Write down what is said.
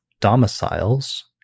domiciles